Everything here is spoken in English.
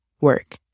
work